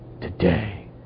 Today